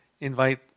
invite